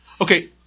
Okay